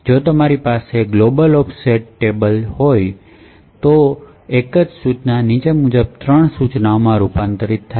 જો તમારી પાસે ગ્લોબલ ઓફસેટટેબલ છે તો તે જ એક સૂચના નીચે મુજબ ત્રણ સૂચનાઓમાં રૂપાંતરિત થાય છે